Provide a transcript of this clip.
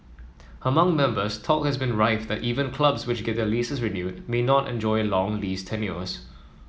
among members talk has been rife that even clubs which get their leases renewed may not enjoy long lease tenures